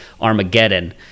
Armageddon